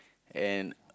and